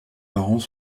parents